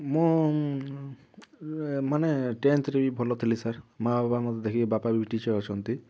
ମୁଁ ମାନେ ଟେନ୍ଥରେ ବି ଭଲ ଥିଲି ସାର୍ ମା ବାପା ମୋତେ ଦେଖିକି ବାପା ବି ଟିଚର୍ ଅଛନ୍ତି